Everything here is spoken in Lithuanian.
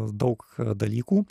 daug dalykų